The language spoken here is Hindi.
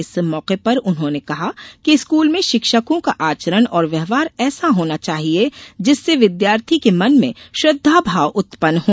इस मौके पर उन्होंने कहा कि स्कूल में शिक्षकों का आचरण और व्यवहार ऐसा होना चाहिये जिससे विद्यार्थी के मन में श्रद्वाभाव उत्पन्न हो